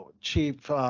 Chief